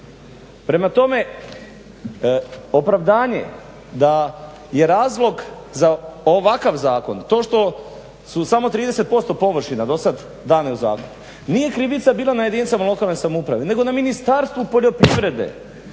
Prema tome, opravdanje da je razlog za ovakav zakon to što su samo 30% površina dosad dane u zakup. Nije krivica bila na jedinicama lokalne samouprave nego na Ministarstvu poljoprivrede.